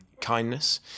kindness